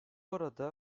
arada